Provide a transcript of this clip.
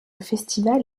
festival